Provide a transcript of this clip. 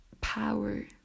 power